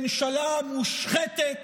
ממשלה מושחתת,